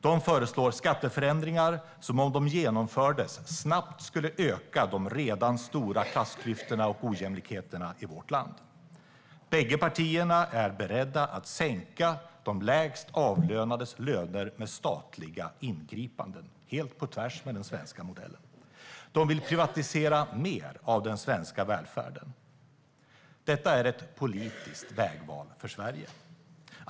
De föreslår skatteförändringar som, om de genomförs, snabbt skulle öka de redan stora klassklyftorna och ojämlikheterna i vårt land. Bägge partierna är beredda att sänka de lägst avlönades löner med statliga ingripanden, helt på tvärs med den svenska modellen. De vill privatisera mer av den svenska välfärden. Detta är ett politiskt vägval för Sverige.